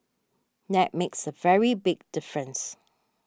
that makes a very big difference